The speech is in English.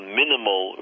minimal